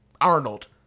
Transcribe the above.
Arnold